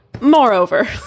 Moreover